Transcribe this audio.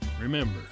remember